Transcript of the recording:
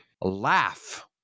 Laugh